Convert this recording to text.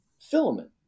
filament